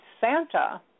Santa